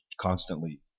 constantly